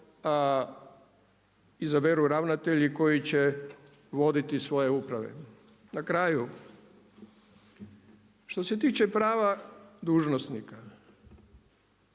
izaberu ravnatelji koji će voditi svoje uprave. Na kraju, što se tiče prava dužnosnika,